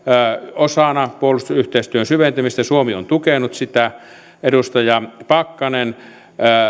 osana puolustusyhteistyön syventymistä ja suomi on tukenut sitä edustaja pakkanen kysyi